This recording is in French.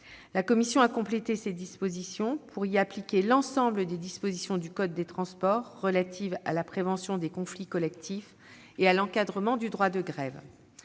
La commission a complété ces dispositions pour que s'appliquent à ces liaisons l'ensemble des dispositions du code des transports relatives à la prévention des conflits collectifs et à l'encadrement du droit de grève.